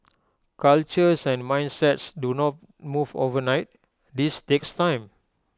cultures and mindsets do not move overnight this takes time